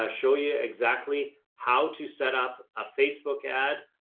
ah show you exactly how to set up a facebook ad.